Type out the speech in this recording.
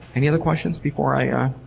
any other questions, before i.